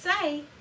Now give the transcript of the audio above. say